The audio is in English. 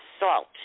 assault